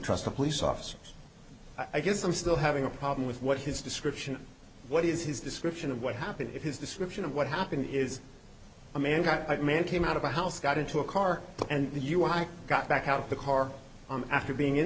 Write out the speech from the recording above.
trust a police officer i guess i'm still having a problem with what his description what is his description of what happened if his description of what happened is a man got a man came out of the house got into a car and the u i got back out of the car after being in